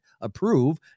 approve